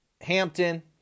Hampton